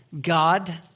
God